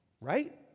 right